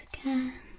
again